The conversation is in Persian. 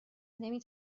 نمی